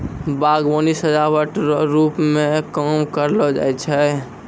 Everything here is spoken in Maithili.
बागवानी सजाबट रो रुप मे काम करलो जाय छै